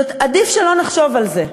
עדיף שלא נחשוב על זה.